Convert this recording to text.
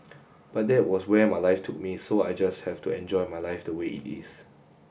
but that was where my life took me so I just have to enjoy my life the way it is